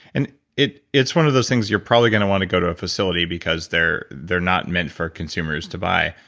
and it's one of those things you're probably going to want to go to a facility, because they're they're not meant for consumers to buy,